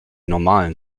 normalen